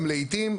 לעיתים,